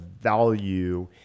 value